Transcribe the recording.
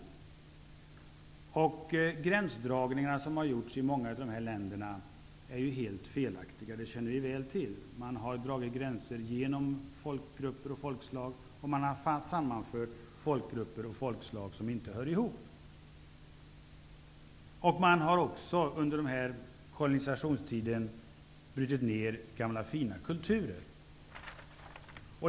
Vi känner väl till att de gränsdragningar som har gjorts i många av dessa länder är helt felaktiga. Gränser har dragits genom folkgrupper och folkslag, och folkgrupper och folkslag som inte hör ihop har sammanförts. Under kolonisationstiden har också gamla fina kulturer brutits ner.